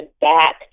back